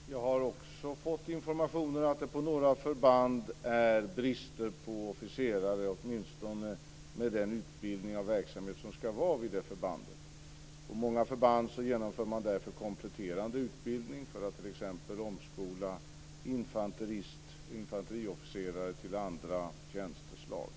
Fru talman! Jag har också fått informationer om att det på några förband är brist på officerare, åtminstone med utbildning för den verksamhet som ska vara vid förbandet. På många förband genomför man därför kompletterande utbildning för att t.ex. omskola infanteriofficerare till andra tjänsteslag.